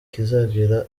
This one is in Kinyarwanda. kizagera